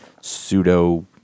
pseudo